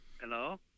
Hello